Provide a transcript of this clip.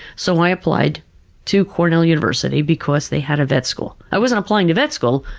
so, i applied to cornell university because they had a vet school. i wasn't applying to vet school,